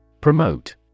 Promote